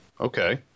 Okay